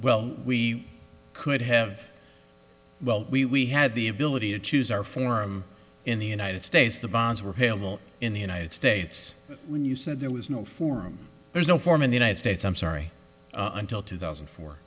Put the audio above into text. well we could have well we we had the ability to choose our forum in the united states the bonds were halal in the united states when you said there was no form there's no form in the united states i'm sorry until two thousand